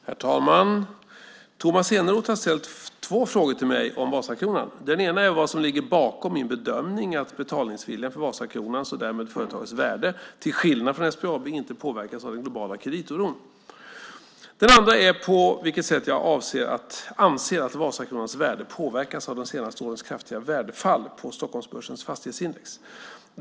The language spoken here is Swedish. Herr talman! Tomas Eneroth har ställt två frågor till mig om Vasakronan. Den ena är vad som ligger bakom min bedömning att betalningsviljan för Vasakronans och därmed företagets värde, till skillnad från SBAB, inte påverkats av den globala kreditoron. Den andra är på vilket sätt jag anser att Vasakronans värde påverkats av det senaste årets kraftiga värdefall på Stockholmsbörsens fastighetsindex.